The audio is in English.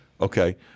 Okay